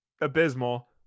abysmal